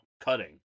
cutting